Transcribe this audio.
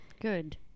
good